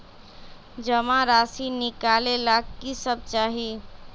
जमा राशि नकालेला कि सब चाहि?